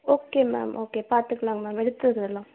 okay ma'am okay பார்த்துக்கலாங்க ma'am எடுத்து தந்துடலாம்